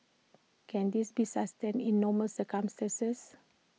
can this be sustained in normal circumstances